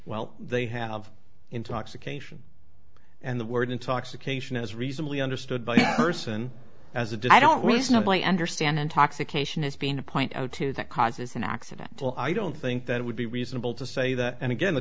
well they have intoxication and the word intoxication is reasonably understood by the person as a did i don't reasonably understand intoxication as being a point zero to that causes an accidental i don't think that it would be reasonable to say that and again the